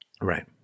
Right